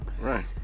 right